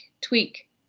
tweak